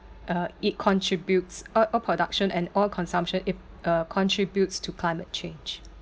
uh it contributes oil oil production and oil consumption it uh contributes to climate change